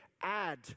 Add